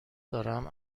دارم